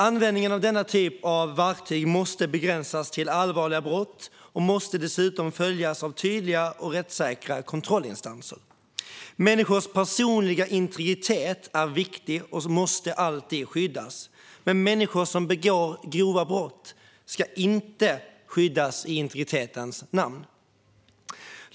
Användningen av denna typ av verktyg måste begränsas till allvarliga brott och måste dessutom följas av tydliga och rättssäkra kontrollinstanser. Människors personliga integritet är viktig och måste alltid skyddas, men människor som begår grova brott ska inte skyddas i integritetens namn.